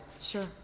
Sure